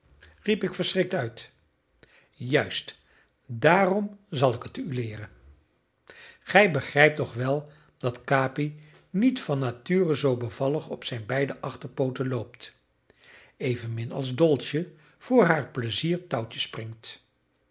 riep ik verschrikt uit juist daarom zal ik het u leeren gij begrijpt toch wel dat capi niet van nature zoo bevallig op zijn beide achterpooten loopt evenmin als dolce voor haar pleizier touwtje springt